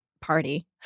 party